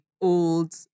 old